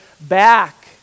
back